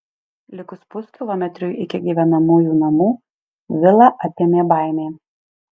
likus puskilometriui iki gyvenamųjų namų vilą apėmė baimė